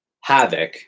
havoc